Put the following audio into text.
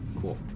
Cool